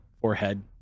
forehead